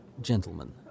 Gentlemen